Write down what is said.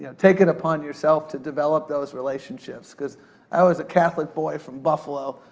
yeah take it upon yourself to develop those relationships because i was a catholic boy from buffalo.